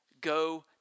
go